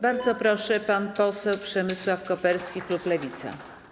Bardzo proszę, pan poseł Przemysław Koperski, klub Lewica.